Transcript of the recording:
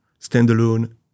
standalone